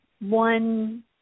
one